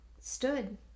stood